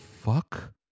fuck